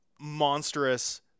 monstrous